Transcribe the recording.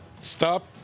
Stop